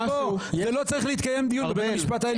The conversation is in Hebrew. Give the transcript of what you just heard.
הדיון לא צריך להתקיים בבית המשפט העליון.